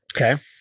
Okay